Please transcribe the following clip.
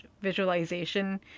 visualization